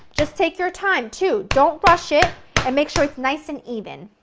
just take your time, too don't rush it and make sure it's nice and even.